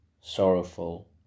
sorrowful